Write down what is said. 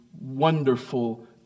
wonderful